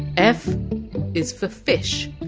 f is for! fish!